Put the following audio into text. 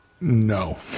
No